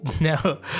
no